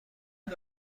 این